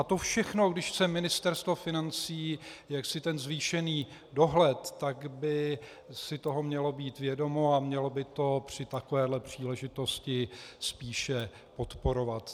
A to všechno, když chce Ministerstvo financí ten zvýšený dohled, tak by si toho mělo být vědomo a mělo by to při takovéhle příležitosti spíše podporovat.